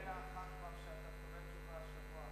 אמרתי לך כבר שתקבל תשובה השבוע.